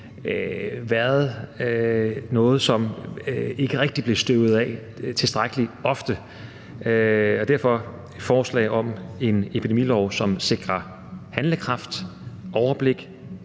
været noget, som ikke rigtig er blevet støvet af tilstrækkelig ofte. Derfor et foreslag om en epidemilov, som sikrer handlekraft, overblik